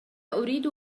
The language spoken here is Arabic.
أريد